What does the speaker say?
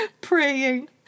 Praying